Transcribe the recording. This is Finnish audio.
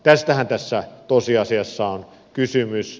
tästähän tässä tosiasiassa on kysymys